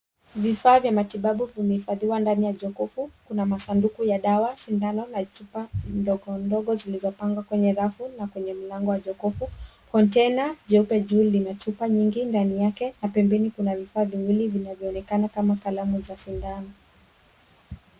Vifaa vya matibabu kuhifadhiwa ndani ya jokofu kuna masanduku ya dawa ,sindano na chupa ndogo ndogo zilizopangwa kwenye rafu na kwenye mlango wa jokofu, kontaina jeupe juu lina na chupa nyingine ndani yake na pembeni kuna vifaa viwili vinavyoonekana kama kalamu za sindano.